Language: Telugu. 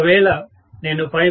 ఒకవేళ నేను 5